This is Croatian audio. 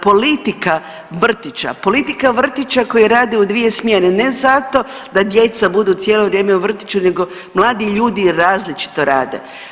Politika vrtića, politika vrtića koji rade u dvije smjene, ne zato da djeca budu cijelo vrijeme u vrtiću nego mladi ljudi različito rade.